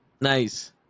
Nice